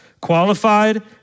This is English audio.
qualified